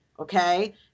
Okay